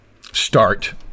Start